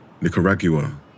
Nicaragua